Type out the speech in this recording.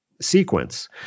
sequence